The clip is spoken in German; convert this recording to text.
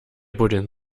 buddeln